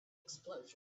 explosion